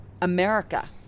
America